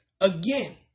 again